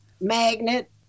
Magnet